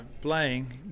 playing